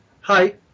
Hi